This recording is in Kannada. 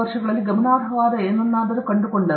ಅವರು ಗಮನಾರ್ಹವಾದ ಏನನ್ನಾದರೂ ಕಂಡುಕೊಂಡರು